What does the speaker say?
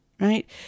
right